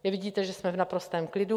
Nevidíte, že jsme v naprostém klidu?